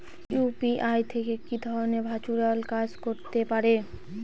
UPI থেকে কি ধরণের ভার্চুয়াল কাজ হতে পারে?